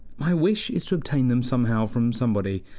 my wish is to obtain them somehow from somebody,